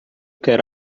quer